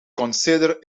consider